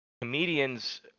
comedians